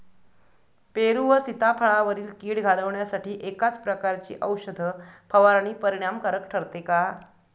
पेरू व सीताफळावरील कीड घालवण्यासाठी एकाच प्रकारची औषध फवारणी परिणामकारक ठरते का?